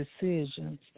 decisions